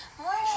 morning